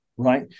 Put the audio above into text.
Right